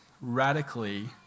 radically